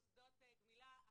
עכשיו אני מדברת על מוסדות גמילה.